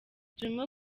turimo